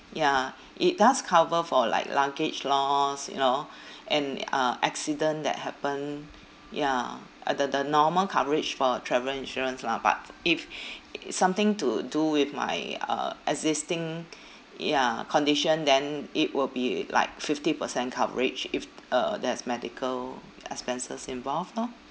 ya it does cover for like luggage loss you know and uh accident that happen ya uh the the normal coverage for travel insurance lah but if something to do with my uh existing ya condition then it will be like fifty percent coverage if uh there's medical expenses involved lor